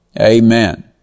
Amen